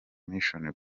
mission